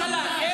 ואין ממשלה.